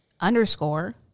underscore